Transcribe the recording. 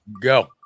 Go